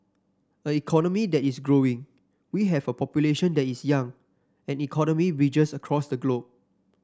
an economy that is growing we have a population that is young and economy bridges across the globe